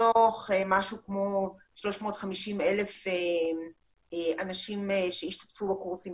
מתוך משהו כמו 350,000 אנשים שהשתתפו בקורסים